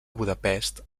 budapest